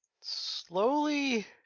Slowly